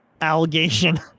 allegation